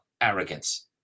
arrogance